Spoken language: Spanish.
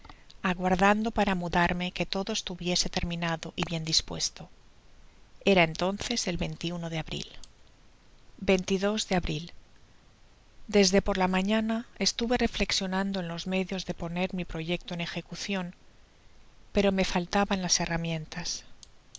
aguardando para mudarme que todo estuviese terminado y bien dispuesto era entonces el de abril de abril desde por la mañana estuve reflexionando en jos medios de poner mi proyeeto en ejecucion pero me faltaban las herramientas